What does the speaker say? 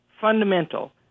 fundamental